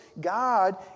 God